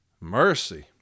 Mercy